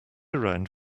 around